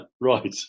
Right